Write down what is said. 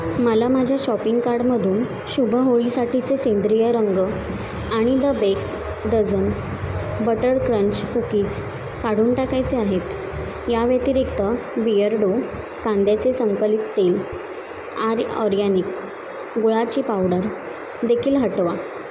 मला माझ्या शॉपिंग कार्डमधून शुभ होळीसाठीचे सेंद्रिय रंग आणि The Bakes Dozen butter crunch cookies काढून टाकायचे आहेत या व्यतिरिक्त बिअर्डो कांद्याचे संकलित तेल आर्य ऑरगॅनिक गुळाची पावडर देखील हटवा